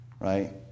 right